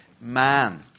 man